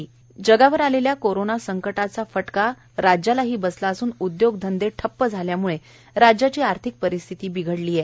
महसूल जगावर आलेल्या कोरोना संकटाचा फटका राज्यालाही बसला असून उदयोगधंदे ठप्प झाल्यामुळे राज्याची आर्थिक परिस्थिती खराब झालेली आहे